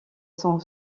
son